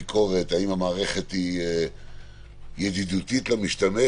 ביקורת האם המערכת ידידותית למשתמש